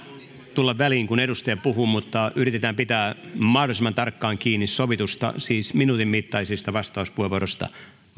tulla väliin kun edustaja puhuu mutta yritetään pitää mahdollisimman tarkkaan kiinni sovitusta siis minuutin mittaisista vastauspuheenvuoroista